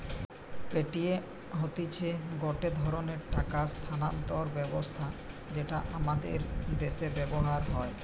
Paytm হতিছে গটে ধরণের টাকা স্থানান্তর ব্যবস্থা যেটা আমাদের দ্যাশে ব্যবহার হয়